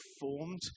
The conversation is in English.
formed